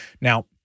Now